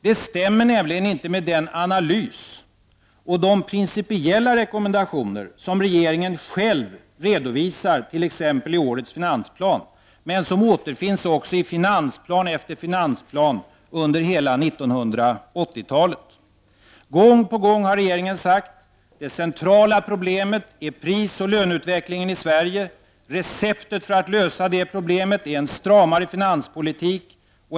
Det stämmer nämligen inte med den analys och de principiella rekommendationer som regeringen själv redovisar i t.ex. årets finansplan men som även återfinns i finansplan efter finansplan under hela 80-talet. Gång på gång har regeringen sagt att det centrala problemet är prisoch löneutvecklingen i Sverige och att receptet för att lösa detta problem är en stramare finanspolitik.